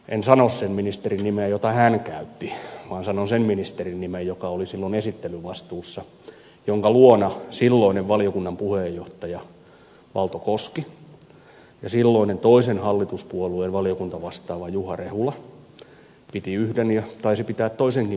en sano sen ministerin nimeä jota hän käytti vaan sanon sen ministerin nimen joka oli silloin esittelyvastuussa jonka luona silloinen valiokunnan puheenjohtaja valto koski ja silloinen toisen hallituspuolueen valiokuntavastaava juha rehula piti yhden ja taisi pitää toisenkin palaverin